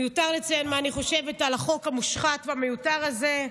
מיותר לציין מה אני חושבת על החוק המושחת והמיותר הזה,